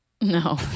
No